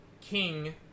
king